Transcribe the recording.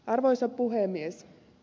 arvoisa puhemies